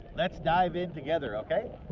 let's dive in together ok?